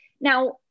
Now